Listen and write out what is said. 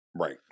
Right